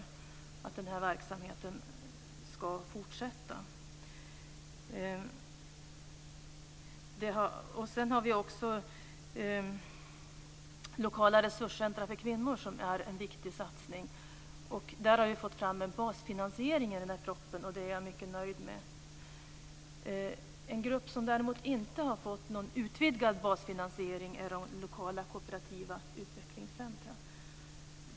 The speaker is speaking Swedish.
Det innebär att den här verksamheten kan fortsätta. Sedan har vi också lokala resurscentrum för kvinnor som är en viktig satsning. Vi har fått fram en basfinansiering för detta i den här propositionen, och det är jag mycket nöjd med. En grupp som däremot inte har fått någon utvidgad basfinansiering är de lokala kooperativa utvecklingscentrumen.